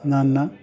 ನನ್ನ